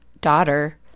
daughter